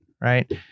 Right